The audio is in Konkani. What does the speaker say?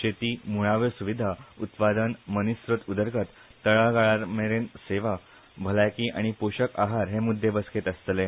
शेती मुळाव्यो सुविधा उत्पादन मनीस स्रोत उदरगत तळागाळामेरेन सेवा भलायकी आनी पोषक आहार हे मुद्दे बसकेन आसतले